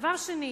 דבר שני,